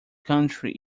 country